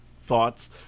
thoughts